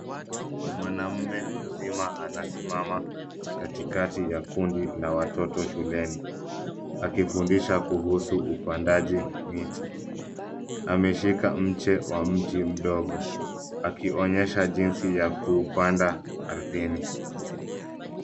Mwanaume mzima anasimama katikati ya kundi la watoto shuleni akifundisha kuhusu upandaji miti. Ameshika mche wa mti mdogo akionyesha jinsi ya kuupanda ardhini.